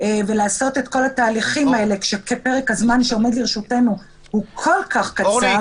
ולעשות את כל התהליכים האלה כשפרק הזמן שעומד לרשותנו הוא כל כך קצר,